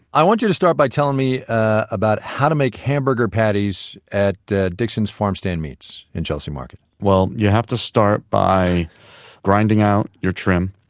i want you to start by telling me about how to make hamburger patties at dickson's farmstand meats in chelsea market well, you have to start by grinding out your trim.